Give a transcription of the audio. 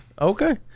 Okay